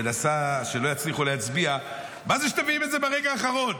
מנסה שלא יצליחו להצביע: מה זה שאתם מביאים את זה ברגע האחרון?